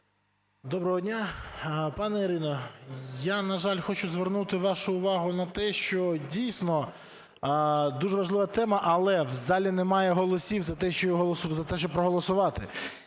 Доброго дня! Пані Ірино, я, на жаль, хочу звернути вашу увагу на те, що, дійсно, дуже важлива тема, але в залі немає голосів за те, щоб проголосувати.